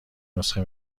نسخه